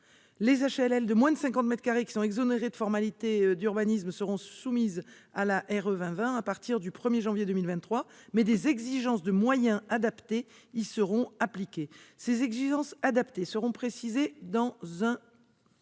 les HLL de moins de 50 mètres carrés qui sont exonérées de formalités d'urbanisme seront soumises à la RE2020 à partir du 1 janvier 2023, mais des exigences de moyens adaptées y seront appliquées. Celles-ci seront précisées dans un